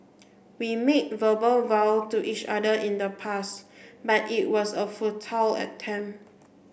we made verbal vow to each other in the past but it was a futile